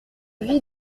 vie